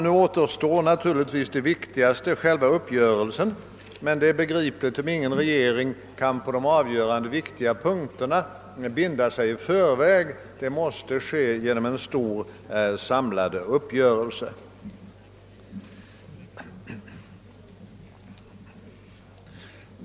Nu återstår naturligtvis det viktigaste, nämligen själva uppgörelsen. Det är begripligt om ingen regering kan binda sig i förväg på de avgörande punkterna; det måste ske genom en stor samlad uppgörelse.